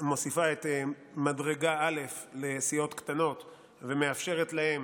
את מדרגה א' לסיעות קטנות ומאפשרת להן